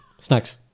snacks